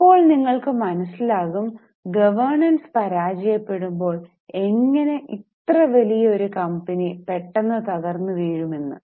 ഇപ്പോൾ നിങ്ങൾക് മനസിലാകും ഗോവെർണൻസ് പരാജയപ്പെട്ടപ്പോൾ എങ്ങനെ ഇത്ര വലിയ ഒരു കമ്പനി പെട്ടന്ന് തകർന്നു എന്ന്